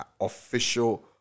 official